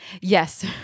Yes